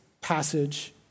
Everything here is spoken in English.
passage